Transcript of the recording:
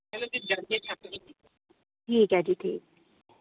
ठीक ऐ ठीक ऐ